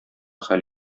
хәл